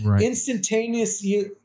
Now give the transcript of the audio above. Instantaneously